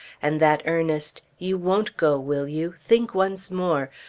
and that earnest you won't go, will you? think once more!